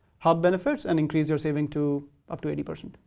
hub benefits and increase your saving to up to eighty percent.